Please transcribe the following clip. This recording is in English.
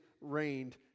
reigned